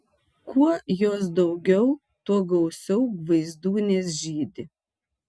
kuo jos daugiau tuo gausiau gvaizdūnės žydi